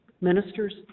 ministers